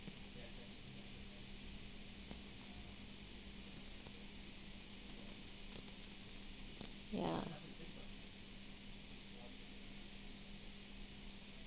ya